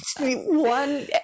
one